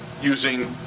using